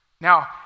Now